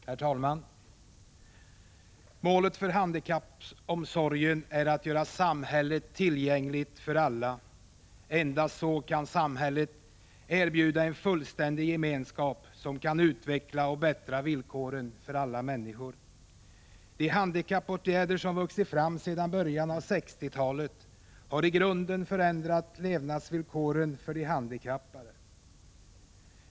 Herr talman! Målet för handikappomsorgen är att göra samhället tillgängligt för alla. Endast så kan samhället erbjuda en fullständig gemenskap, som kan utveckla och förbättra villkoren för alla människor. De handikappåtgärder som vuxit fram sedan början av 1960-talet har i grunden förändrat levnadsvillkoren för de handikappade.